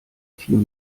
team